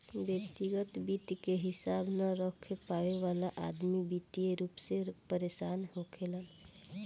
व्यग्तिगत वित्त के हिसाब न रख पावे वाला अदमी वित्तीय रूप से परेसान होखेलेन